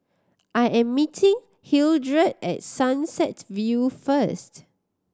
I am meeting Hildred at Sunset View first